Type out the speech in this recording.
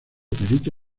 perito